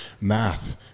math